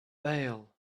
bail